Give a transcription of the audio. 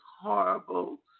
horrible